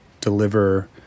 deliver